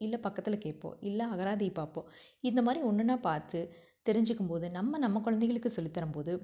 இல்லை பக்கத்தில் கேட்போம் இல்லை அகராதியை பார்ப்போம் இந்த மாதிரி ஒன்னொன்றா பார்த்து தெரிஞ்சுக்கும் போது நம்ம நம்ம குழந்தைகளுக்கு சொல்லித்தரும் போது